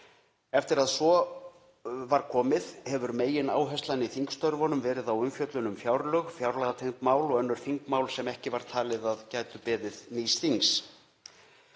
Eftir að svo var komið hefur megináherslan í þingstörfunum verið á umfjöllun um fjárlög og fjárlagatengd mál og önnur þingmál sem ekki var talið að gætu beðið nýs þings.